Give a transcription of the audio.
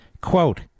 Quote